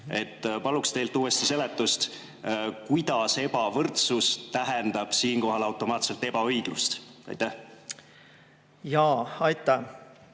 Paluks teilt uuesti seletust, kuidas ebavõrdsus tähendab siinkohal automaatselt ebaõiglust. Aitäh, hea